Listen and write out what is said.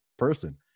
Person